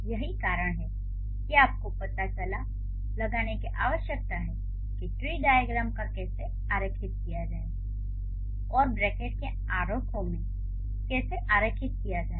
यही कारण है कि आपको यह पता लगाने की आवश्यकता है कि ट्री डाइअग्रैम को कैसे आरेखित किया जाए और ब्रैकेट के आरेखों को कैसे आरेखित किया जाए